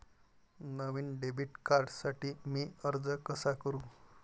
नवीन debit कार्डसाठी मी अर्ज कसा करू?